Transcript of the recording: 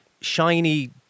shiny